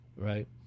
right